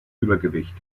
übergewicht